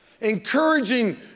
Encouraging